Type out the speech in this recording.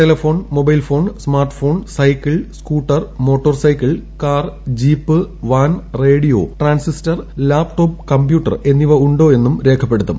telephone mobile phone smart phone cycle scooter motor cycle car jeep van radio transistor laptop computer ് എന്നിവ ഉണ്ടോ എന്നും രേഖപ്പെടുത്തും